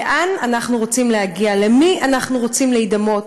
לאן אנחנו רוצים להגיע, למי אנחנו רוצים להידמות.